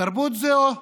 תרבות זו,